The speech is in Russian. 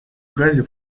газе